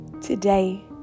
today